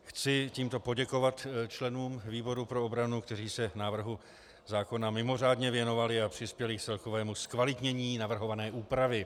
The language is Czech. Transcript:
Chci tímto poděkovat členům výboru pro obranu, kteří se návrhu zákona mimořádně věnovali a přispěli k celkovému zkvalitnění navrhované úpravy.